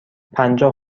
پنجاه